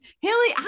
Haley